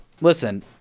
Listen